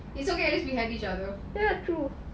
it's okay it's behind each other